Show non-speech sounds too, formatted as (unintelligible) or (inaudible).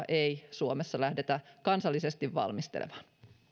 (unintelligible) ei suomessa lähdetä kansallisesti valmistelemaan